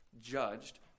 judged